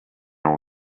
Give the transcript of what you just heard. all